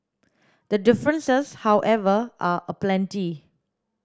the differences however are aplenty